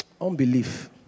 Unbelief